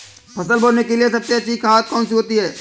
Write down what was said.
फसल बोने के लिए सबसे अच्छी खाद कौन सी होती है?